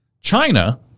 China